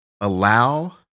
allow